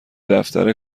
دفتر